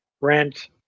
rent